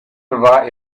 war